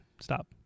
stop